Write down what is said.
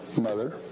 mother